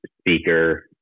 speaker